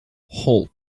holt